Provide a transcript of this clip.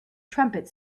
trumpet